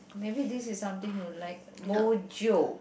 maybe this is something you like bo jio